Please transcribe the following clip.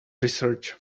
research